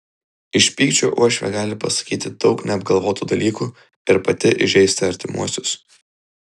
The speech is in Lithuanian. iš pykčio uošvė gali pasakyti daug neapgalvotų dalykų ir pati įžeisti artimuosius